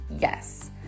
yes